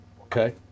Okay